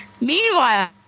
Meanwhile